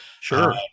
Sure